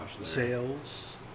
sales